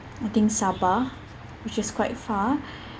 I think sabah which is quite far